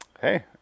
Hey